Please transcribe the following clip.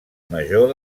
major